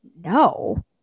no